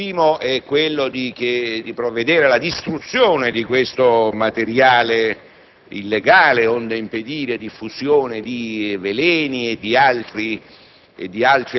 il primo è quello di provvedere alla distruzione di questo materiale illegale onde impedire diffusione di veleni e di altri